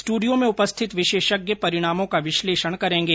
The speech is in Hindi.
स्टूडियो में उपस्थित विशेषज्ञ परिणामों का विश्लेषण करेंगे